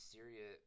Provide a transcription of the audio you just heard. Syria